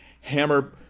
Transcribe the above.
hammer